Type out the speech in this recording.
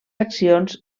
accions